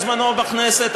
בזמנו בכנסת,